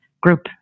group